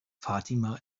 fatima